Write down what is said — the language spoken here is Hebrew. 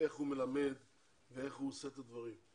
איך הוא מלמד ואיך הוא עושה את הדברים,